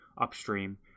Upstream